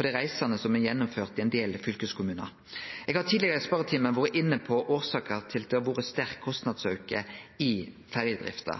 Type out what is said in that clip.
dei reisande som er gjennomført i ein del fylkeskommunar. Eg har tidlegare i spørjetimen vore inne på årsaka til at det har vore sterk kostnadsauke i ferjedrifta.